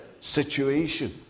situation